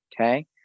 Okay